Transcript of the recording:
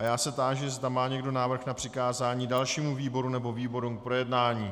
Táži se, zda má někdo návrh na přikázání dalšímu výboru nebo výborům k projednání.